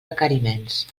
requeriments